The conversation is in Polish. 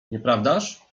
nieprawdaż